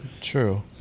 true